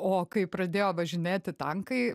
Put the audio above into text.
o kai pradėjo važinėti tankai